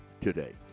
today